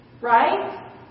right